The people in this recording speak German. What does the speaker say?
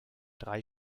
drei